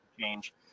change